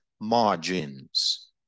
margins